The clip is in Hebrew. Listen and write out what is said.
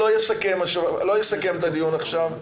לא אסכם את הדיון עכשיו.